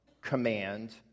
command